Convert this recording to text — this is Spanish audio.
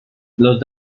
los